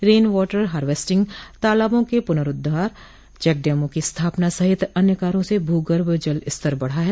rain water harvesting तालाबों के पुनः उद्वार चैकडेमों की स्थापना सहित अन्य कार्यो से भू गर्भ जलस्तर बढ़ा है